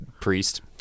priest